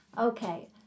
Okay